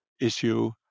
issue